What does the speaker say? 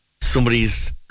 Somebody's